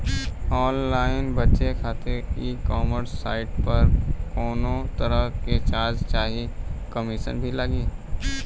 Online बेचे खातिर e commerce site पर कौनोतरह के चार्ज चाहे कमीशन भी लागी?